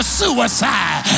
suicide